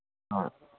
ꯍꯣꯏ